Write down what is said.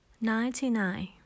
ninety-nine